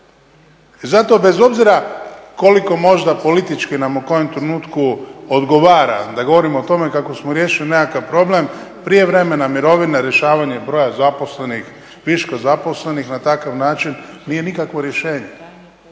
zato bez obzira koliko možda politički nam u kojem trenutku odgovara da govorimo o tome kako smo riješili nekakav problem prijevremena mirovina i rješavanje broja zaposlenih, viška zaposlenih na takav način, nije nikakvo rješenje.